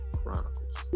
Chronicles